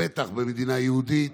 בטח במדינה היהודית.